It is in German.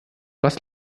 was